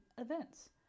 events